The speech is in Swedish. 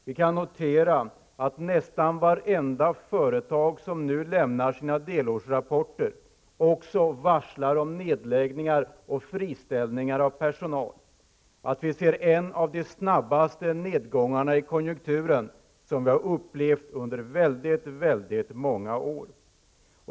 Vi kan notera att nästan vartenda företag som nu lämnar sin delårsrapport också varslar om nedläggningar och friställningar av personal, att vi ser en av de snabbaste nedgångarna i konjunkturen som vi upplevt under väldigt många år.